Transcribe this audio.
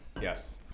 yes